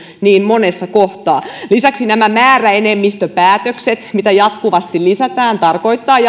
niin monessa kohtaa lisäksi nämä määräenemmistöpäätökset mitä jatkuvasti lisätään tarkoittavat